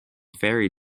fairy